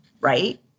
Right